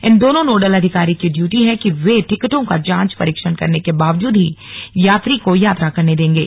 इन दोनों नोडल अधिकारी की ड्यूटी है कि वे टिकटों का जांच परीक्षण करने के बावजूद ही यात्री को यात्रा करने देंगे